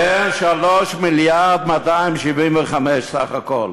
כן, 3 מיליארד 275 סך הכול.